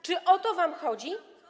Czy o to wam chodzi?